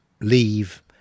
leave